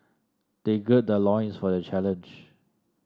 they gird their loins for the challenge